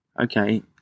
okay